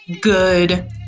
good